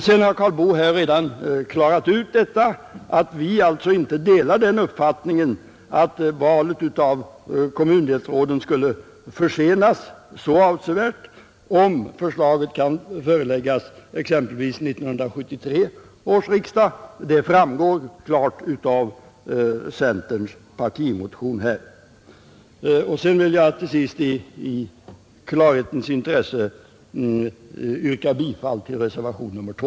Herr Karl Boo har redan klarlagt, att vi reservanter inte delar uppfattningen att valet av kommundelsråd skulle försenas så avsevärt om förslaget kan föreläggas exempelvis 1973 års riksdag — det framgår av centerns partimotion. Till sist vill jag i klarhetens intresse yrka bifall till reservationen 2.